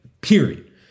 period